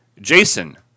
Jason